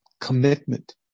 commitment